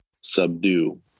subdue